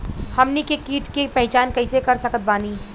हमनी के कीट के पहचान कइसे कर सकत बानी?